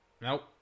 Nope